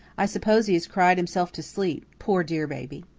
i suppose he has cried himself to sleep, poor, dear baby.